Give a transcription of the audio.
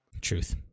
Truth